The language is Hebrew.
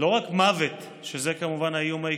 לא רק מוות, שזה, כמובן, האיום העיקרי.